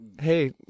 Hey